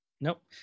Nope